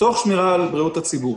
תוך שמירה על בריאות הציבור.